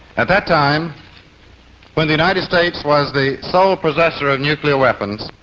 at that time when the united states was the sole ah possessor of nuclear weapons,